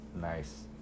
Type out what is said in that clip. nice